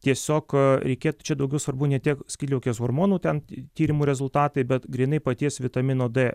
tiesiog reikėtų čia daugiau svarbu ne tiek skydliaukės hormonų ten tyrimų rezultatai bet grynai paties vitamino d